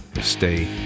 stay